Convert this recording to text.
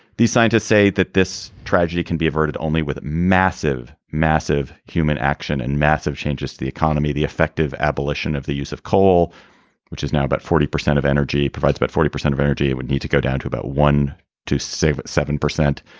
these scientists say that this tragedy can be averted only with massive massive human action and massive changes to the economy the effective abolition of the use of coal which is now about forty percent of energy provides about forty percent of energy it would need to go down to about one to save seven percent.